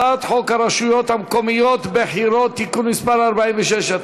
הצעת חוק הרשויות המקומיות (בחירות) (תיקון מס' 46),